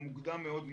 זה מוקדם מאוד מאוד.